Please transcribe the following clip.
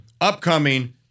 upcoming